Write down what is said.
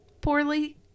poorly